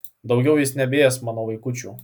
daugiau jis nebeės mano vaikučių